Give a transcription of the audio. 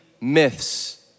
myths